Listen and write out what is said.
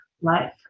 life